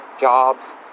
jobs